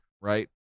right